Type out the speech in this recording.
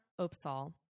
Opsal